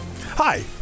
Hi